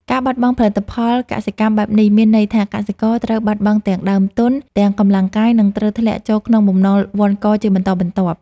ការបាត់បង់ផលិតផលកសិកម្មបែបនេះ មានន័យថាកសិករត្រូវបាត់បង់ទាំងដើមទុន ទាំងកម្លាំងកាយ និងត្រូវធ្លាក់ចូលក្នុងបំណុលវណ្ឌកជាបន្តបន្ទាប់។